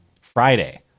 Friday